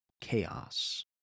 chaos